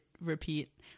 repeat